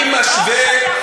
אני משווה,